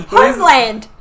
Homeland